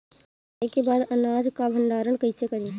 कटाई के बाद अनाज का भंडारण कईसे करीं?